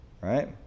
Right